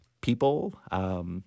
people